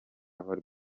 volley